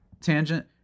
tangent